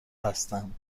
هستم